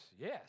yes